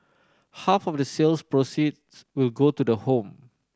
half of the sales proceeds will go to the home